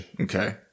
Okay